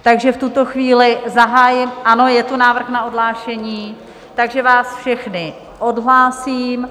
Takže v tuto chvíli zahájím... ano, je tu návrh na odhlášení, takže vás všechny odhlásím.